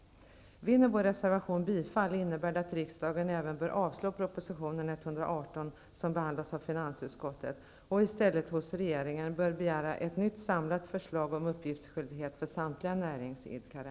Vinner vår reservation bifall innebär det att riksdagen även bör avslå proposition 118, som behandlas av finansutskottet och i stället hos regeringen begära ett nytt samlat förslag om uppgiftsskyldighet för samtliga näringsidkare.